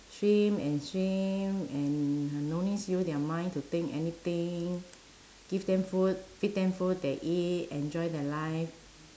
swim and swim and no need use their mind to think anything give them food feed them food they eat enjoy their life